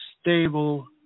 stable